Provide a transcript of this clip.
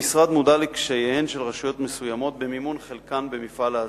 המשרד מודע לקשייהן של רשויות מסוימות במימון חלקן במפעל ההזנה.